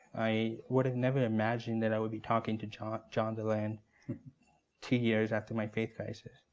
i would've never imagined that i would be talking to john john dehlin two years after my faith crisis.